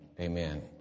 amen